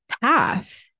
path